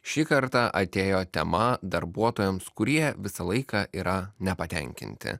šį kartą atėjo tema darbuotojams kurie visą laiką yra nepatenkinti